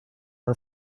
are